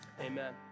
amen